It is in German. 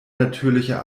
natürliche